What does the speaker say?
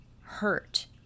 hurt